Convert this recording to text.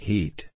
Heat